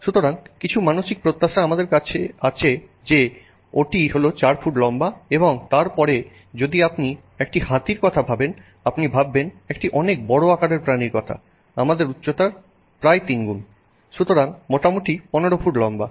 সুতরাং কিছু মানসিক প্রত্যাশা আমাদের আছে যে ওটি হল চার ফুট লম্বা এবং তারপর যদি আপনি একটি হাতির কথা ভাবেন আপনি ভাববেন একটি অনেক বড় আকারের প্রাণীর কথা আমাদের উচ্চতার তিনগুণ প্রায় সুতরাং মোটামুটি 15 ফুট লম্বা